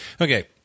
Okay